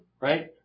right